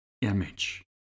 image